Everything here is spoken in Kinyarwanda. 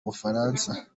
bufaransa